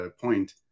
point